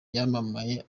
yamamaye